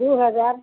दू हजार